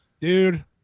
Dude